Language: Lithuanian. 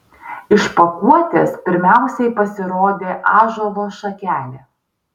iš pakuotės pirmiausiai pasirodė ąžuolo šakelė